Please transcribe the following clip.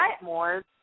more